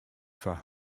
foar